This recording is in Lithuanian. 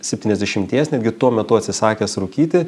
septyniasdešimties netgi tuo metu atsisakęs rūkyti